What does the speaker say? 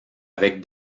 avec